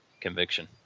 Conviction